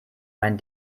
mein